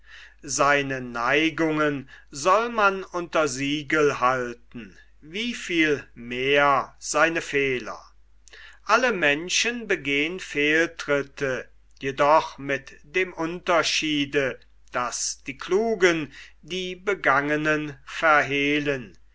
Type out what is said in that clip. seine neigungen soll man unter siegel halten wie viel mehr seine fehler alle menschen begehn fehltritte jedoch mit dem unterschiede daß die klugen die begangenen verhehlen